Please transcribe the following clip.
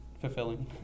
fulfilling